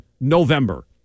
November